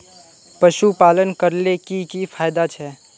पशुपालन करले की की फायदा छे?